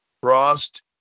Frost